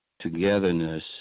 togetherness